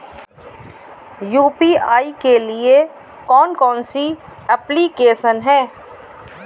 UPI के लिए कौन कौन सी एप्लिकेशन हैं?